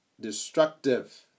destructive